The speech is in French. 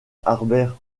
harbert